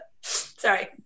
Sorry